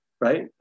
Right